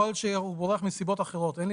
יכול להיות שהוא בורח מסיבות אחרות, אין לי